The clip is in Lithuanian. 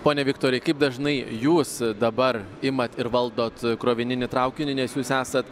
pone viktorai kaip dažnai jūs dabar imat ir valdot krovininį traukinį nes jūs esat